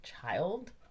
child